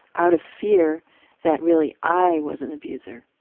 out of fear that really i was an abuser.